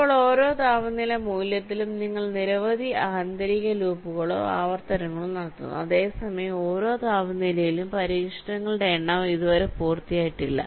ഇപ്പോൾ ഓരോ താപനില മൂല്യത്തിലും നിങ്ങൾ നിരവധി ആന്തരിക ലൂപ്പുകളോ ആവർത്തനങ്ങളോ നടത്തുന്നു അതേസമയം ഓരോ താപനിലയിലും പരീക്ഷണങ്ങളുടെ എണ്ണം ഇതുവരെ പൂർത്തിയായിട്ടില്ല